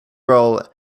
role